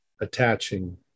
attaching